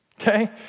Okay